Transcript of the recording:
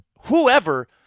whoever